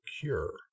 cure